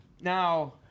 Now